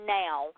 now